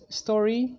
story